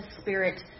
spirit